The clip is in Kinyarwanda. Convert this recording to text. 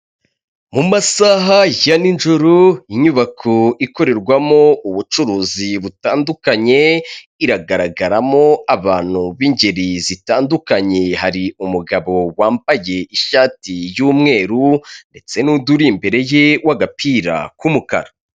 Mu masaha ya n'ijoro inyubako ikorerwamo ubucuruzi butandukanye iragaragaramo abantu b'ingeri zitandukanye, hari umugabo wambaye ishati y'umweru ndetse n'undi uri imbere ye w'agapira k'umukara.